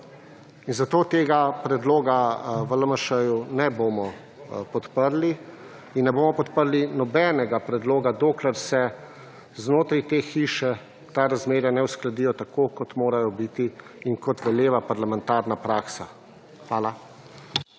in zato tega predloga v LMŠ ne bomo podprli in ne bomo podprli nobenega predloga dokler se znotraj te hiše ta razmerja ne uskladijo tako kot morajo biti in kot veleva parlamentarna praksa. Hvala.